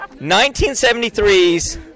1973's